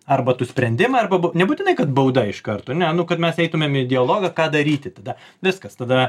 arba tu sprendimą arba nebūtinai kad bauda iš karto ne nu kad mes eitumėm į dialogą ką daryti tada viskas tada